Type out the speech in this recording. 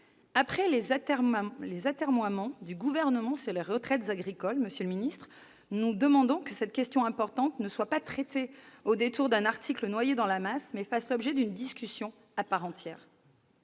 Après les atermoiements du Gouvernement sur les retraites agricoles, nous demandons que cette question importante ne soit pas traitée au détour d'un article noyé dans la masse, mais fasse l'objet d'une discussion à part entière.